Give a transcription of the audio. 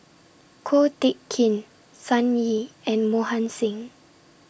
Ko Teck Kin Sun Yee and Mohan Singh